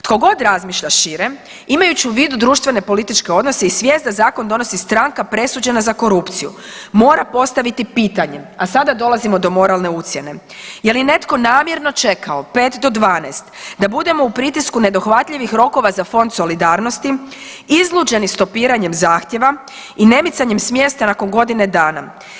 Tko god razmišlja šire imaju u vidu društveno političke odnose i svijest da zakon donosi stranka presuđena za korupciju mora postaviti pitanje, a sada dolazimo do moralne ucjene, je li netko namjerno čekao 5 do 12 da budemo u pritisku nedohvatljivi rokova za Fond solidarnosti izluđeni stopiranjem zahtjeva i ne micanjem s mjesta nakon godine dana.